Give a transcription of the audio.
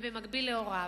ובמקביל להוריו.